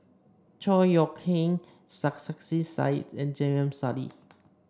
Chor Yeok Eng Sarkasi Said and J M Sali